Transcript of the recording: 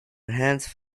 enhanced